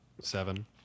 seven